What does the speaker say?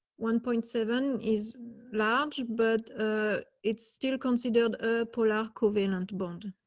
one point seven is large, but it's still considered paula covenant bond.